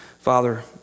Father